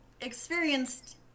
experienced